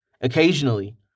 Occasionally